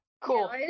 Cool